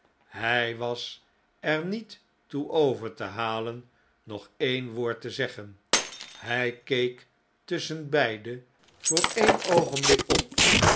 hy was er niet toe over te halen nog e'e'n woord te zeggen hy keek tusschenbeide voor e'en oogenblik op